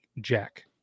Jack